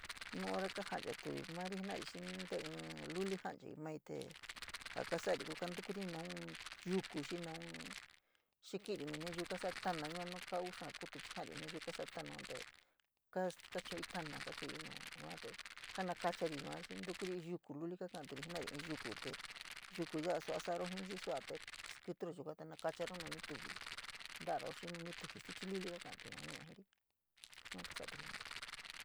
Nu oro kajanchari mari jenari xii te ín jaluli janchai maii ja kasa’ar kantukuri naun yuku xii naún xii ki’iri nu naycu kasa tana yua nu kau xaa kutu chii jari nu nayiu kaa sa’a tana te kaskachui nuu yuate kanakachari yua xii ntukuri ín yuku luli kaka’aturi yukute yuku ya’a sua sa’aro jii xii suate skítíro yukua te suchi luli kaka’atuña jena’ana, sua kasa’atori jenari.